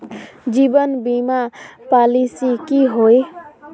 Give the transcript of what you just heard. जीवन बीमा पॉलिसी की होय?